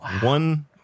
One